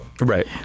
Right